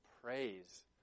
praise